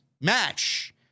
match